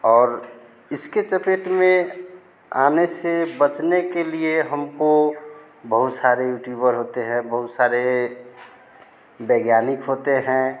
और इसके चपेट में आने से बचने के लिए हमको बहुत सारे यूट्यूबर होते हैं बहुत सारे वैज्ञानिक होते हैं